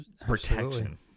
protection